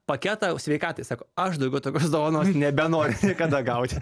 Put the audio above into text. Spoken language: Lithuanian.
paketą sveikatai sako aš daugiau tokios dovanos nebenoriu niekada gauti